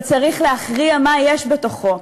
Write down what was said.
אבל צריך להכריע מה יש בתוכו,